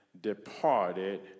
departed